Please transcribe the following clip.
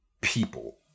people